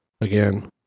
again